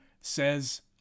says